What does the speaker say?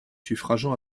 suffragant